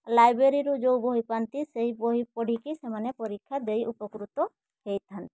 ଲାଇବ୍ରେରୀରୁ ଯେଉଁ ବହି ପାଆନ୍ତି ସେହି ବହି ପଢ଼ିକି ସେମାନେ ପରୀକ୍ଷା ଦେଇ ଉପକୃତ ହୋଇଥାନ୍ତି